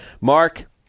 Mark